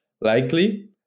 Likely